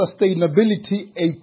sustainability